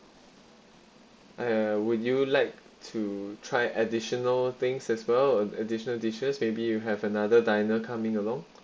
uh would you like to try additional things as well or additional dishes maybe you have another diner coming along